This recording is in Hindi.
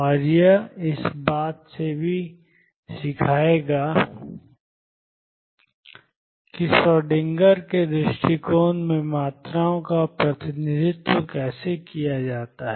और यह इस बारे में भी सिखाएगा कि श्रोडिंगर के दृष्टिकोण में मात्राओं का प्रतिनिधित्व कैसे किया जाता है